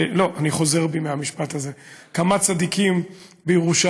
לא, אני חוזר בי מהמשפט הזה, כמה צדיקים בירושלים